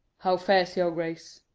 how fares your grace?